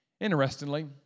Interestingly